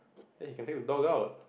!eh! you can take the dog out